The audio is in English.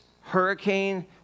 hurricane